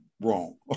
wrong